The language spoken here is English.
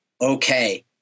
okay